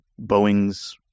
Boeing's